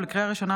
לקריאה ראשונה,